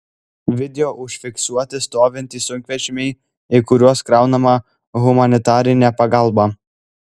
video užfiksuoti stovintys sunkvežimiai į kuriuos kraunama humanitarinė pagalba